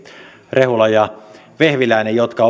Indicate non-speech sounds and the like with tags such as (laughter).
rehula ja vehviläinen jotka (unintelligible)